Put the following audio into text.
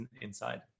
inside